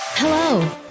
Hello